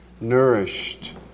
nourished